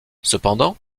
cependant